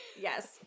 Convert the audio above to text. yes